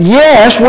yes